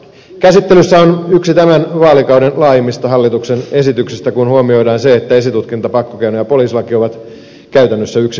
käsittelyssä on yksi tämän vaalikauden laajimmista hallituksen esityksistä kun huomioidaan se että esitutkinta pakkokeino ja poliisilaki ovat käytännössä yksi kokonaisuus